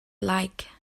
like